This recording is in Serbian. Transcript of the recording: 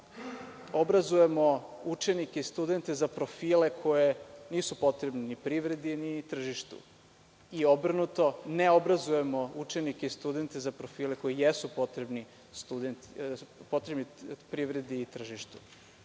obrazujemo učenike, studente za profile koji nisu potrebni privredi, ni tržištu i obrnuto, ne obrazujemo učenike i studente za profile koji jesu potrebni privredi i tržištu.